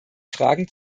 fragen